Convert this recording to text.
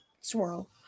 swirl